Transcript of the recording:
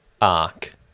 arc